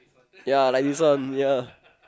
ya like this one ya